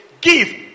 Give